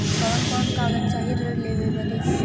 कवन कवन कागज चाही ऋण लेवे बदे?